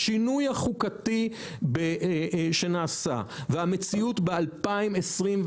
השינוי החוקתי שנעשה והמציאות ב-2022,